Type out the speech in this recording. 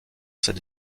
cette